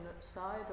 side